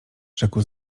rzekł